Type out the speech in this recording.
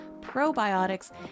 probiotics